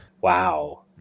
wow